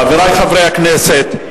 חברי חברי הכנסת,